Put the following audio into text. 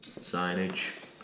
signage